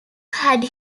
had